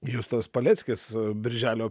justas paleckis birželio